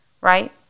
right